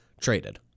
traded